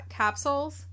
capsules